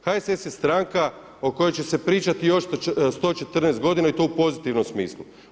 HSS je stranka o kojoj će se pričati još 114 godina i to u pozitivnom smislu.